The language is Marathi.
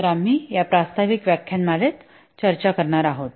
तर आम्ही या प्रास्ताविक व्याख्यानमालेत चर्चा करणार आहोत